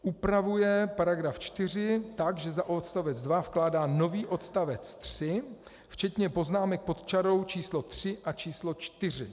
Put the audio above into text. Upravuje § 4 tak, že za odstavec 2 vkládá nový odstavec 3 včetně poznámek pod čarou číslo 3 a číslo 4.